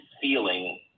feeling